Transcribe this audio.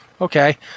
Okay